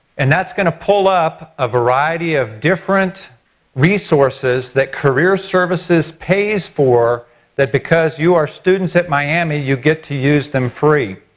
and that's gonna pull up a variety of different resources that career services pays for that because you're students at miami, you get to use them free.